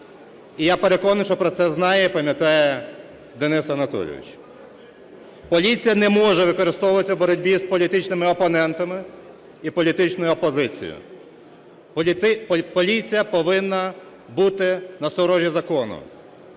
І я переконаний, що про це знає і пам'ятає Денис Анатолійович. Поліція не може використовуватися у боротьбі з політичними опонентами і політичною опозицію. Поліція повинна бути на сторожі закону.